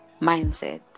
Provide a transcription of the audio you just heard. mindset